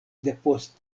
depost